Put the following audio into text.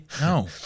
No